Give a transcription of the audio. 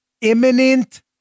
imminent